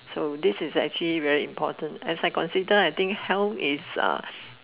so this is actually very important as I considered I think health is